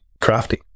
crafty